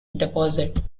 deposit